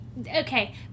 okay